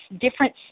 different